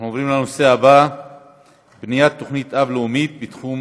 נעבור להצעה לסדר-היום בנושא: